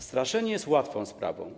Straszenie jest łatwą sprawą.